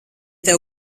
tev